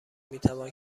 میتوان